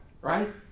right